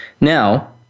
Now